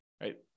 right